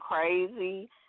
crazy